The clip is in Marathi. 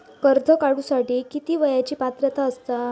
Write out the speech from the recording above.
कर्ज काढूसाठी किती वयाची पात्रता असता?